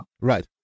Right